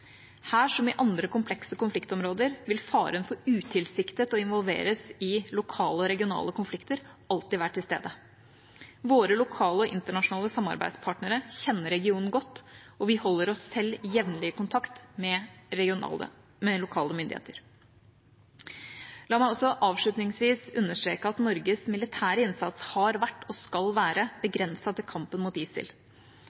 Her, som i andre komplekse konfliktområder, vil faren for utilsiktet å involveres i lokale og regionale konflikter alltid være til stede. Våre lokale og internasjonale samarbeidspartnere kjenner regionen godt, og vi holder også selv jevnlig kontakt med lokale myndigheter. La meg også avslutningsvis understreke at Norges militære innsats har vært og skal være